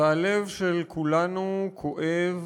והלב של כולנו כואב